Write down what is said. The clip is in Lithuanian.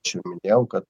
aš jau minėjau kad